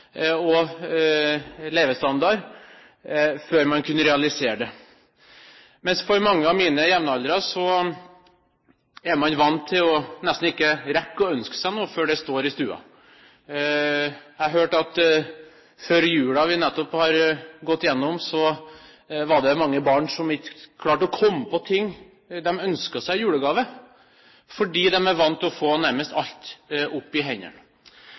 og levestandard før man kunne realisere det. Mens for mange av mine jevnaldrende er man vant til nesten ikke å rekke å ønske seg noe, før det står i stuen. Jeg hørte at før den julen vi nettopp har gått gjennom, var det mange barn som ikke klarte å komme på ting de ønsket seg i julegave, fordi de er vant til å få nærmest alt